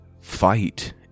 fight